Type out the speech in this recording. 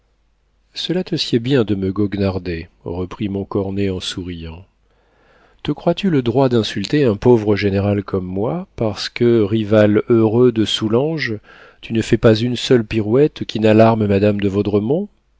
cela te sied bien de me goguenarder reprit montcornet en souriant te crois-tu le droit d'insulter un pauvre général comme moi parce que rival heureux de soulanges tu ne fais pas une seule pirouette qui n'alarme madame de